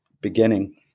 beginning